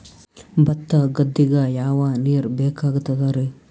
ಭತ್ತ ಗದ್ದಿಗ ಯಾವ ನೀರ್ ಬೇಕಾಗತದರೀ?